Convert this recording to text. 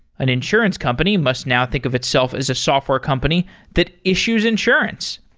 an insurance company must now think of itself as a software company that issues insurance.